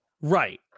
right